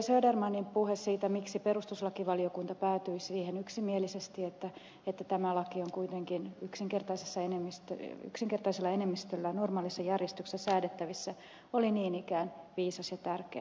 södermanin puhe siitä miksi perustuslakivaliokunta päätyi siihen yksimielisesti että tämä laki on kuitenkin yksinkertaisella enemmistöllä normaalissa järjestyksessä säädettävissä oli niin ikään viisas ja tärkeä